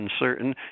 uncertain